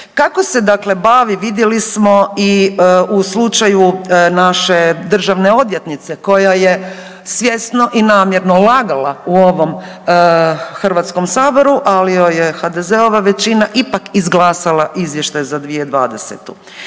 Kako se dakle bavi vidjeli smo i u slučaju naše državne odvjetnice koja je svjesno i namjerno lagala u ovom Hrvatskom saboru, ali joj je HDZ-ova većina ipak izglasala Izvještaj za 2020.